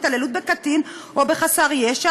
התעללות בקטין או בחסר ישע,